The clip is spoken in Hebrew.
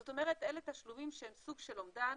זאת אומרת אלה תשלומים שהם סוג של אומדן